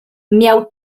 miał